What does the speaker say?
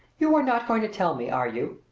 you are not going to tell me, are you,